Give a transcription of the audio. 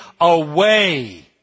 away